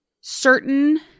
certain